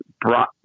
brought